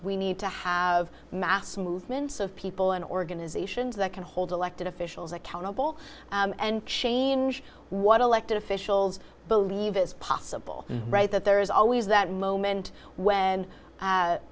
we need to have mass movements of people and organizations that can hold elected officials accountable and change what elected officials believe is possible right that there is always that moment when